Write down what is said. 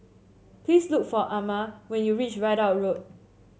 please look for Ama when you reach Ridout Road